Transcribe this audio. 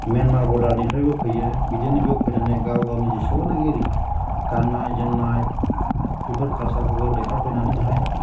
Myanmar बरदारनिफ्रायबो फैयो बिदिनो बेयाव फैनानै गाव गावनि जेसेबांनोखि गाननाय जोमनाय बेफोर खालसारफोरखौ देखायफैनानैहाय